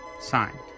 signed